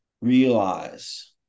realize